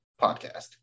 podcast